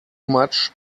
much